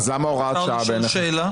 אז למה הוראת שעה באמת?